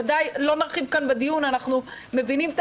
ודאי לא נרחיב כאן בדיון אנחנו מבינים את